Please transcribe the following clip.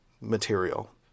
material